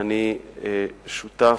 אני שותף,